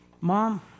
Mom